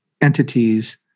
entities